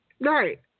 Right